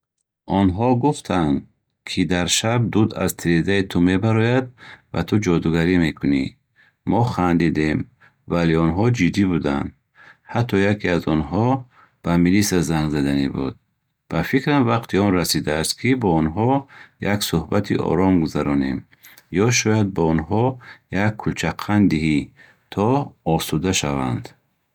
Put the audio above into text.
Онҳо гуфтанд, ки дар шаб дуд аз тирезаи ту мебарояд ва ту ҷодугарӣ мекунӣ! Мо хандидем, вале онҳо ҷиддӣ буданд! Ҳатто яке аз онҳо ба милиса занг заданӣ буд. Ба фикрам, вақти он расидааст, ки бо онҳо як сӯҳбати ором гузаронем. Ё шояд ба онҳо як кулчақанд диҳӣ то осуда шаванд!